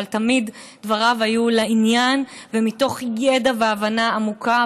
אבל תמיד דבריו היו לעניין ומתוך ידע והבנה עמוקים.